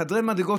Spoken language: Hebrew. בחדרי מדרגות,